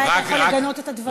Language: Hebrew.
אולי אתה יכול לגנות את הדברים.